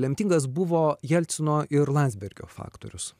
lemtingas buvo jelcino ir landsbergio faktorius